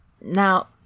Now